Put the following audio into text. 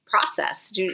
process